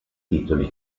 titoli